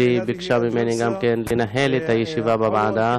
שגם ביקשה ממני לנהל את הישיבה בוועדה,